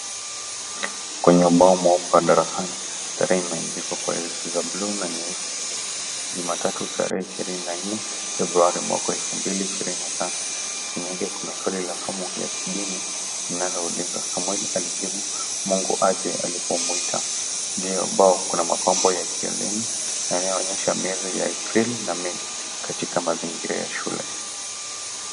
kwenye ubao huko darasani. Tarehe imeandikwa kwa herufi za blue na nyeusi. Jumatatu tarehe 24 Februari mwaka 2025. Chini yake kuna swali la somo ya kidini linalouliza Samuel alijibu Mungu aje alipomuita. Juu ya ubao kuna mapambo ya kielimu yanayoonyesha miezi ya Aprili na Mei katika mazingira ya shule.